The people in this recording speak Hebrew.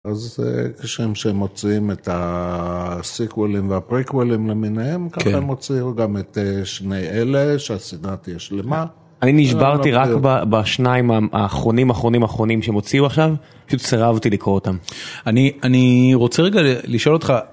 אז כשם שהם מוציאים את הסיקוולים והפריקוולים למיניהם -כן ככה הם הוציאו גם את שני אלה, שהסדרה תהיה שלמה. -אני נשברתי רק בשניים האחרונים, אחרונים, אחרונים שהם הוציאו עכשיו, פשוט סירבתי לקרוא אותם. -אני רוצה רגע לשאול אותך...